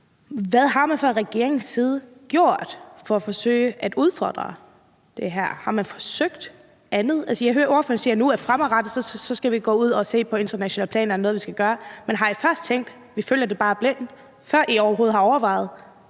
Hvad har man fra regeringens side gjort for at forsøge at udfordre det her? Har man forsøgt andet? Jeg hører ordføreren sige, at fremadrettet skal vi gå ud og se på internationalt plan, om der er noget, vi skal gøre, men har I først tænkt, at vi bare følger det blindt, før I overhovedet har overvejet